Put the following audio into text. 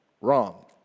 Wrong